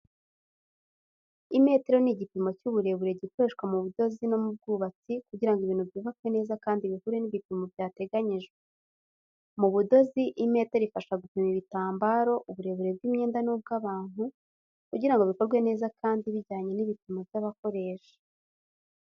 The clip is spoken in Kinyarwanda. Imetero ni igipimo cy’uburebure gikoreshwa mu budozi no mu bwubatsi kugira ngo ibintu byubakwe neza kandi bihure n’ibipimo byateganyijwe. Mu budozi, imetero ifasha gupima ibitambaro, uburebure bw’imyenda n’ubw'abantu, kugira ngo bikorwe neza kandi bijyane n’ibipimo by’abakoresha.